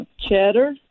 cheddar